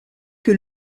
que